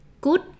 Good